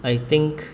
I think